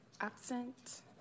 Absent